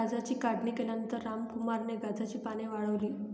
गांजाची काढणी केल्यानंतर रामकुमारने गांजाची पाने वाळवली